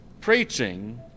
preaching